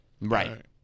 Right